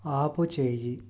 ఆపుచేయి